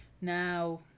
Now